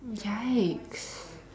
yikes